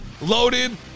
loaded